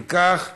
אם כך 7,